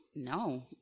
No